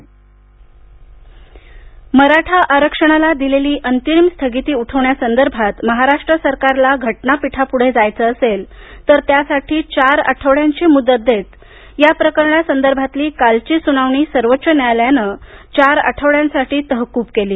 मराठा आरक्षण मराठा आरक्षणाला दिलेली बंतरिम स्थगिती उठवण्यासंदर्भात महाराष्ट्र सरकारला घटनापीठापुढे जायचं असेल तर त्यासाठी चार आठवड्यांची मुद्दत देत या प्रकरणा संदर्भातली कालची सुनावणी सर्वोच्च न्यायालयानं चार आठवड्यांसाठी तहकुब केली